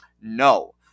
No